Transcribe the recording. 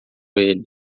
ele